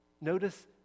Notice